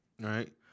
Right